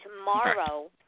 Tomorrow